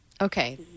Okay